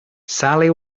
sally